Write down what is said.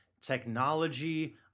technology